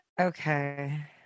Okay